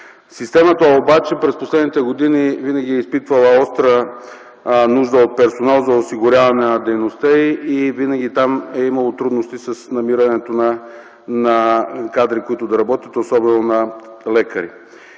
Системата обаче през последните години винаги е изпитвала остра нужда от персонал за осигуряване на дейността си и винаги там е имало трудности с намирането на кадри, които да работят, особено на лекари.